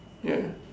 ya